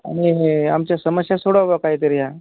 आणि आमच्या समस्या सोडवा बुवा काहीतरी ह्या